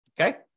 okay